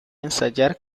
ensayar